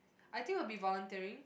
I think would be volunteering